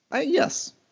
Yes